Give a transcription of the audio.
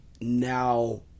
now